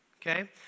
Okay